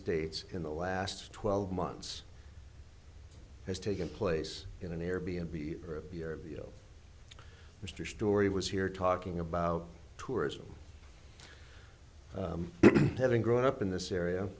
states in the last twelve months has taken place in an air b n b mr story was here talking about tourism having grown up in this area